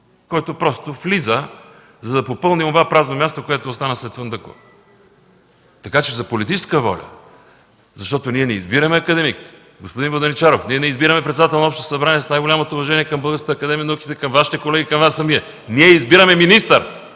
който просто влиза, за да попълни онова празно място, което остана след Фандъкова. Това е политическа воля, защото ние не избираме академик, господин Воденичаров, ние не избираме председател на Общото събрание, с най-голямото уважение към Българската академия на науките, към Вашите колеги и към Вас самия, ние избираме министър.